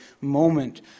moment